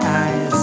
eyes